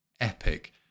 epic